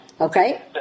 Okay